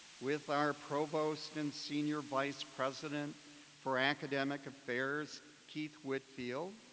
with our provost and senior vice president for academic affairs, keith whitfield,